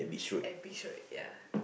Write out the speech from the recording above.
at Beach road ya